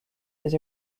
his